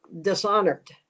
dishonored